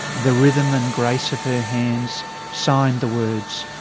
the rhythm and grace of her hands signed the words,